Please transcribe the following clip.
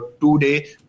two-day